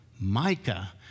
Micah